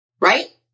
right